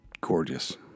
gorgeous